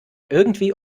irgendwie